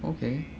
okay